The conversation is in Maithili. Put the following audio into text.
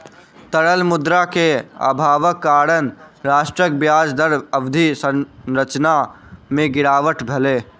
तरल मुद्रा के अभावक कारण राष्ट्रक ब्याज दर अवधि संरचना में गिरावट भेल